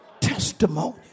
testimony